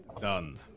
done